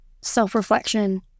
self-reflection